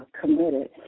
committed